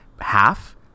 half